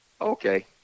Okay